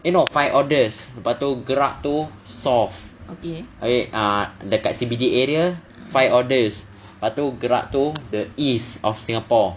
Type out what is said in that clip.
eh no five orders lepas tu gerak to south okay ah dekat C_B_D area five orders lepas tu gerak to the east of singapore